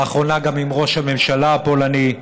לאחרונה גם עם ראש הממשלה הפולני.